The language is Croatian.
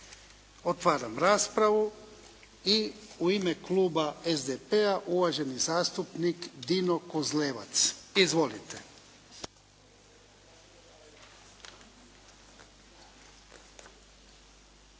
Otvaram raspravu. I u ime kluba SDP-a, uvaženi zastupnik Dino Kozlevac. Izvolite.